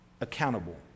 accountable